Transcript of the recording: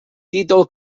títol